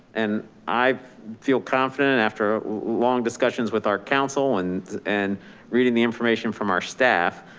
and i've feel confident and after long discussions with our council and and reading the information from our staff.